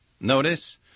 Notice